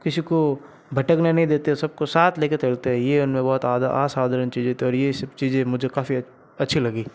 किसी को भटकने नहीं देते सबको साथ लेकर चलते हैं ये उनमें बहुत असाधारण चीज़ें हैं और यह सब चीजें मुझे काफी अच्छी लगीं